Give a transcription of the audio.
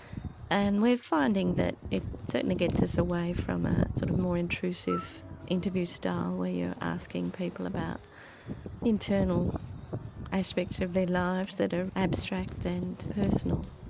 and we're finding that it certainly gets us away from a sort of more intrusive interview style where you're asking people about internal aspects of their lives that are abstract and personal.